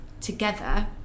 together